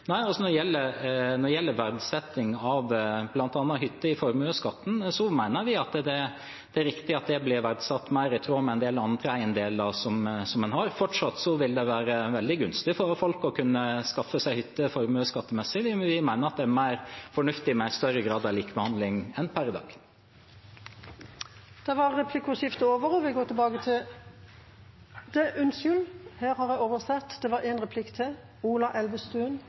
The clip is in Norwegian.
Når det gjelder verdsetting av bl.a. hytter i formuesskatten, mener vi det er riktig at det ble verdsatt mer i tråd med en del andre eiendeler som en har. Fortsatt vil det være veldig gunstig formuesskattemessig for folk å kunne skaffe seg hytte. Vi mener det er mer fornuftig med en større grad av likebehandling enn per i dag. Representanten Gjelsvik er opptatt av at vi har et næringsliv som er i en veldig vanskelig situasjon. Jeg opplever at det er en